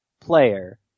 player